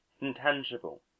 intangible